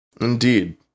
Indeed